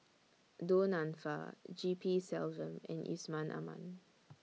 Du Nanfa G P Selvam and Yusman Aman